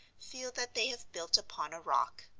feel that they have built upon a rock.